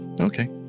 Okay